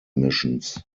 missions